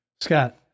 Scott